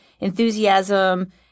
enthusiasm